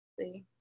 See